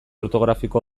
ortografiko